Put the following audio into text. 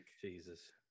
Jesus